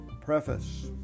Preface